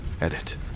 Edit